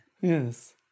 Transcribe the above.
Yes